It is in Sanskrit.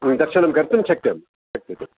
दर्शनं कर्तुं शक्यं शक्यते